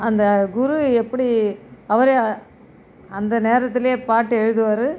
அந்த குரு எப்படி அவரே அந்த நேரத்திலே பாட்டு எழுதுவார்